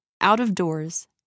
out-of-doors